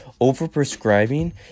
overprescribing